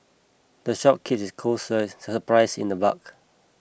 the shop keeps its costs supplies in the bulk